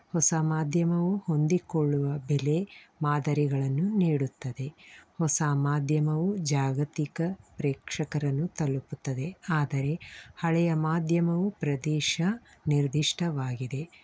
ಹೊಸ ಮಾಧ್ಯಮವು ಹೊಂದಿಕೊಳ್ಳುವ ಬೆಲೆ ಮಾದರಿಗಳನ್ನು ನೀಡುತ್ತದೆ ಹೊಸ ಮಾಧ್ಯಮವು ಜಾಗತಿಕ ಪ್ರೇಕ್ಷಕರನ್ನು ತಲುಪುತ್ತದೆ ಆದರೆ ಹಳೆಯ ಮಾಧ್ಯಮವು ಪ್ರದೇಶ ನಿರ್ದಿಷ್ಟವಾಗಿದೆ